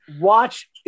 Watch